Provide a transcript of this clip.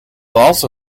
also